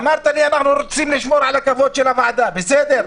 אמרת לי, אנחנו רוצים לשמור על כבוד הוועדה, בסדר.